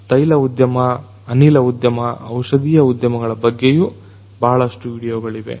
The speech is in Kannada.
ತೈಲ ಉದ್ಯಮ ಅನಿಲ ಉದ್ಯಮ ಔಷಧಿಯ ಉದ್ಯಮಗಳ ಬಗ್ಗೆಯೂ ಬಹಳಷ್ಟು ವಿಡಿಯೋಗಳಿವೆ